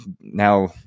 now